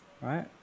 right